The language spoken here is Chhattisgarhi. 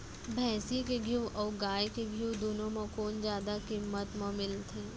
भैंसी के घीव अऊ गाय के घीव दूनो म कोन जादा किम्मत म मिलथे?